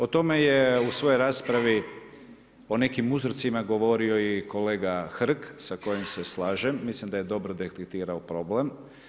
O tome je u svojoj raspravi o nekim uzrocima govorio i kolega Hrg sa kojim se slažem, mislim da je dobro detektirao problem.